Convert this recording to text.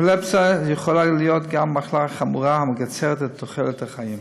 אפילפסיה יכולה להיות גם מחלה חמורה המקצרת את תוחלת החיים.